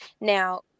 Now